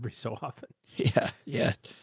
but so often. yeah. yeah.